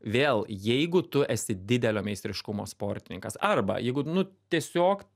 vėl jeigu tu esi didelio meistriškumo sportininkas arba jeigu nu tiesiog